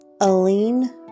Aline